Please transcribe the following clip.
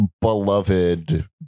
beloved